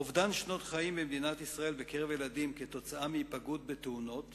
אובדן שנות חיים במדינת ישראל בקרב ילדים עקב היפגעות בתאונות